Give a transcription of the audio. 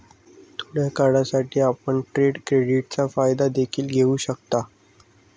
थोड्या काळासाठी, आपण ट्रेड क्रेडिटचा फायदा देखील घेऊ शकता